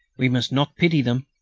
we must not pity them.